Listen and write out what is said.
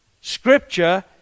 Scripture